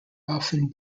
often